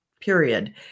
period